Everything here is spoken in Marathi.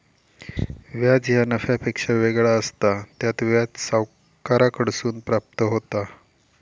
व्याज ह्या नफ्यापेक्षा वेगळा असता, त्यात व्याज सावकाराकडसून प्राप्त होता